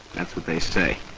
that's what they say.